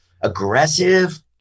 aggressive